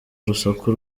urusaku